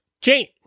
Jane